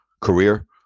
career